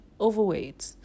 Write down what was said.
overweight